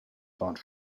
font